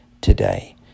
today